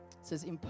says